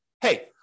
hey